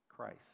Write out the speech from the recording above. Christ